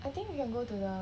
I think you can go to the